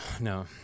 no